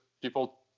people